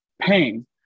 pain